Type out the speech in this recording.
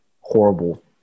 horrible